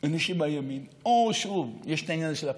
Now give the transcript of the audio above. אנשים בימין, או שוב יש את העניין הזה של הפרנויה,